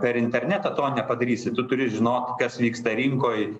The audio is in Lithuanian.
per internetą to nepadarysi tu turi žinot kas vyksta rinkoj